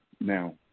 Now